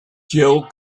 jill